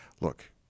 look